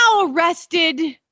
arrested